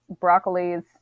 broccolis